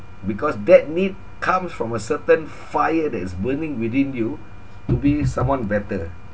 because that need comes from a certain fire that is burning within you to be someone better